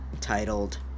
titled